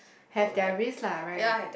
have their risk lah right